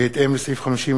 בהתאם לסעיף 55(א)